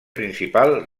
principal